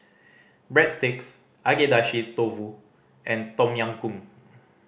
Breadsticks Agedashi Dofu and Tom Yam Goong